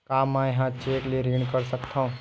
का मैं ह चेक ले ऋण कर सकथव?